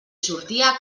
sortia